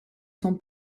son